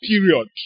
period